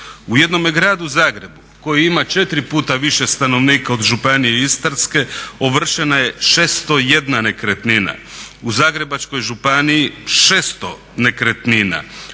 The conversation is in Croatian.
U jednome Gradu Zagrebu koji ima 4 puta više stanovnika od županije Istarske ovršeno je 601 nekretnina. U Zagrebačkoj županiji 600 nekretnina,